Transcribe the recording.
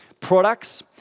products